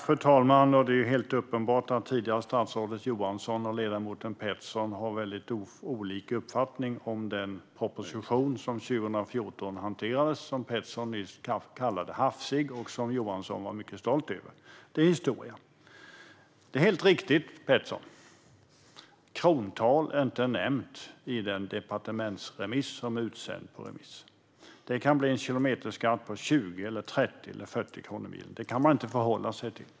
Fru talman! Det är helt uppenbart att tidigare statsrådet Johansson och ledamoten Pettersson har väldigt olika uppfattning om den proposition som 2014 hanterades och som Pettersson nyss kallade hafsig och som Johansson var mycket stolt över. Men det är historia. Det är helt riktigt, Pettersson, att krontal inte nämns i departementsskrivelsen som är utsänd på remiss. Det kan bli en kilometerskatt på 20, 30 eller 40 kronor per mil - det kan man inte förhålla sig till.